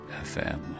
FM